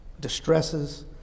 distresses